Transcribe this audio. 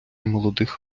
молодих